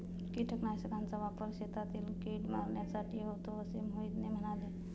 कीटकनाशकांचा वापर शेतातील कीड मारण्यासाठी होतो असे मोहिते म्हणाले